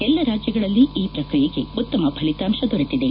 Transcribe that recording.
ಎಲ್ಲ ರಾಜ್ಯಗಳಲ್ಲಿ ಈ ಪ್ರಕ್ರಿಯೆಗೆ ಉತ್ತಮ ಫಲಿತಾಂಶ ದೊರೆತ್ತಿದೆ